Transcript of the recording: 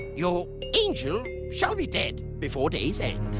your angel shall be dead before day's end.